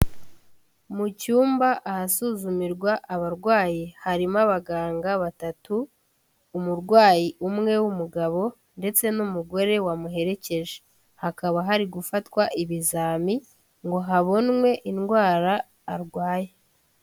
Mu cyumba ahasuzumirwa abarwayi harimo abaganga batatu, umurwayi umwe w'umugabo ndetse n'umugore wamuherekeje, hakaba hari gufatwa ibizami ngo habonwe indwara arwaye.